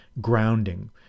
grounding